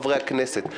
חברי הכנסת.